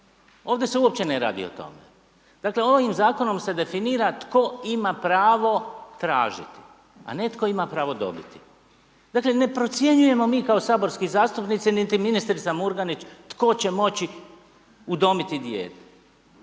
Ovdje se u opće ne radi o tome, dakle, ovim s zakonom se definira tko ima pravo tražiti, a ne tko ima pravo dobiti. Dakle, ne procjenjujemo mi kao saborski zastupnici niti ministrica Murganić tko će moći udomiti dijete.